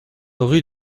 rue